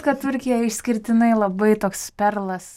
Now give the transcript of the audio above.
kad turkija išskirtinai labai toks perlas